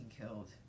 killed